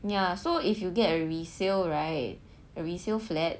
ya so if you get a resale right a resale flat